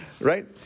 right